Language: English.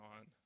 on